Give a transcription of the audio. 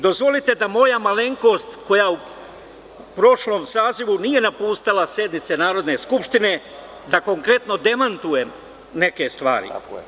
Dozvolite da moja malenkost koja u prošlom sazivu nije napuštala sednice Narodne skupštine da konkretno demantujem neke stvari.